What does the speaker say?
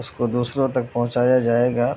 اس کو دوسروں تک پہنچایا جائے گا